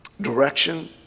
direction